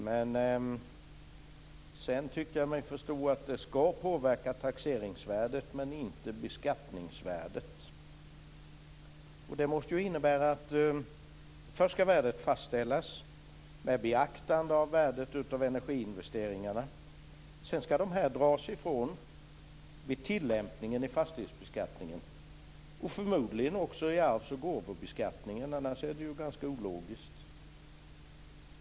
Men sedan tyckte jag mig förstå att de ska påverka taxeringsvärdet men inte beskattningsvärdet. Det måste ju innebära att först ska värdet fastställas med beaktandet av värdet av energiinvesteringarna, sedan ska de dras ifrån vid tillämpningen i fastighetsbeskattningen och förmodligen också i arvs och gåvobeskattningen, annars är det ju ganska ologiskt.